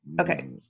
Okay